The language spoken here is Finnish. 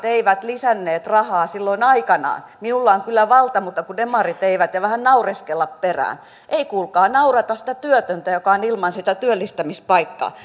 eivät lisänneet rahaa silloin aikanaan minulla on kyllä valta mutta kun demarit eivät ja vähän naureskella perään ei kuulkaa naurata sitä työtöntä joka on ilman sitä työllistämispaikkaa